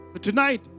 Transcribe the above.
Tonight